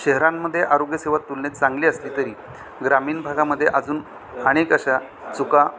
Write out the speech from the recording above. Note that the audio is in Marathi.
शहरांमध्ये आरोग्यसेवा तुलनेत चांगली असली तरी ग्रामीण भागामध्ये अजून अनेक अशा चुका